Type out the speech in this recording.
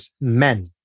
men